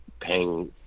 paying